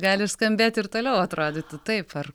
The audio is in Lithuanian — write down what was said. gali skambėt ir toliau atrodytų taip ar